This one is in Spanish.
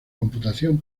computación